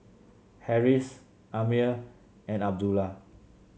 Harris Ammir and Abdullah